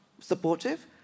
supportive